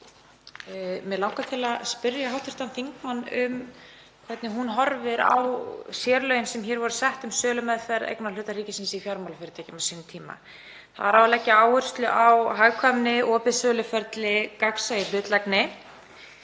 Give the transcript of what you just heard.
Mig langar til að spyrja hv. þingmann um hvernig hún horfir á lögin sem hér voru sett um sölumeðferð eignarhluta ríkisins í fjármálafyrirtækjum á sínum tíma. Þar á að leggja áherslu á hagkvæmni, opið söluferli, gagnsæi og hlutlægni.